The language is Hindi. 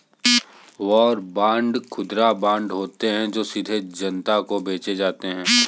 वॉर बांड खुदरा बांड होते हैं जो सीधे जनता को बेचे जाते हैं